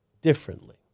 differently